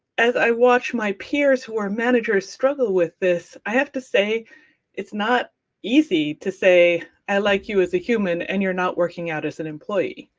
as i watch my peers who are managers struggle with this, i have to say it's not easy to say, i like you as a human and you're not working out as an employee,